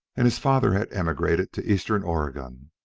and his father had emigrated to eastern oregon,